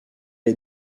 est